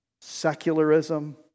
secularism